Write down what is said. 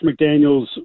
McDaniels